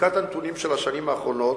מבדיקת הנתונים של השנים האחרונות,